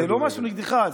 זה לא משהו נגדך.